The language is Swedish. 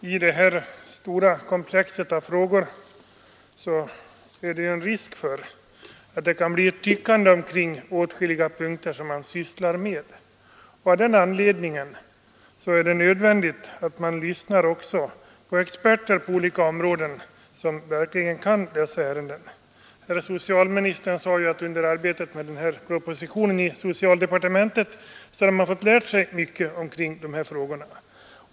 Fru talman! I detta stora komplex av frågor är det risk för att det kan bli enbart ett tyckande på åtskilliga punkter. Av den anledningen är det nödvändigt att också lyssna på experter på olika områden som verkligen kan dessa ärenden. Herr socialministern sade att man under arbetet med propositionen om tandvårdsförsäkringen i socialdepartementet har fått lära sig mycket i dessa frågor.